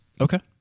Okay